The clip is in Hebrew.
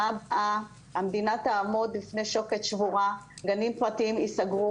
מצב שהמדינה תעמוד בפני שוקת שבורה וגנים פרטיים ייסגרו.